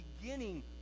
beginning